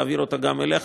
להעביר אותה גם אליך,